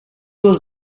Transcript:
was